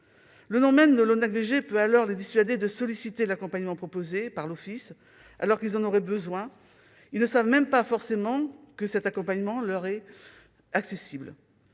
Le nom même de l'ONACVG peut alors les dissuader de solliciter l'accompagnement proposé par l'Office, alors qu'ils en auraient besoin. Ils ne savent même pas forcément que cet accompagnement leur est accessible.